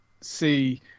see